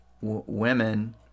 women